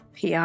PR